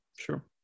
Sure